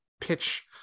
pitch